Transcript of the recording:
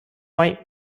white